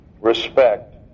respect